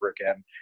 again